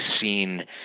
seen